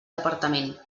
departament